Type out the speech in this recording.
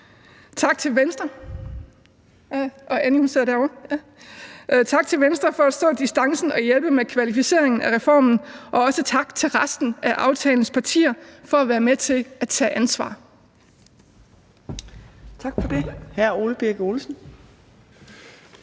sidder derovre – for at stå distancen og hjælpe med kvalificeringen af reformen og også tak til resten af aftalens partier for at være med til at tage ansvar.